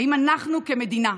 האם אנחנו כמדינה,